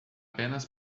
apenas